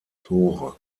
tore